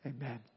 Amen